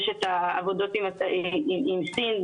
יש עבודות עם סין,